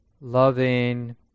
loving